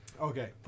Okay